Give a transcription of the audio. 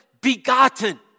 begotten